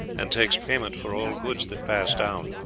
and takes payment for all goods that pass down.